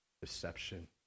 deception